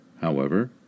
However